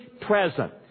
present